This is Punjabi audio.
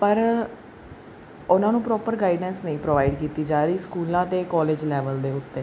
ਪਰ ਉਹਨਾਂ ਨੂੰ ਪ੍ਰੋਪਰ ਗਾਈਡੈਂਸ ਨਹੀਂ ਪ੍ਰੋਵਾਈਡ ਕੀਤੀ ਜਾ ਰਹੀ ਸਕੂਲਾਂ ਅਤੇ ਕਾਲਜ ਲੈਵਲ ਦੇ ਉੱਤੇ